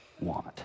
want